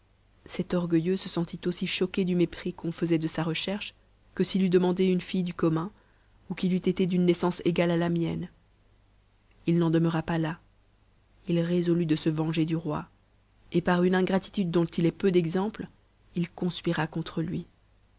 cet orgueilleux se sentit aussi choqué du mépris qu'on faisait de sa recherche que s'il eut demandé une fille du commun ou qu'il eût été d'une naissance égale à la mienne il n'en demeura pas là il résolut de se venger du roi et parune ingratitude dont il est peu d'exemples il conspira contre lui